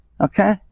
Okay